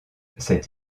cette